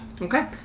Okay